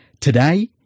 today